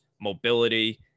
mobility